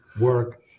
work